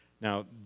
Now